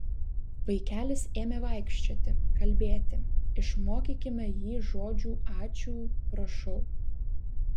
vaikelis ėmė vaikščioti kalbėti išmokykime jį žodžių ačiū prašau